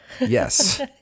Yes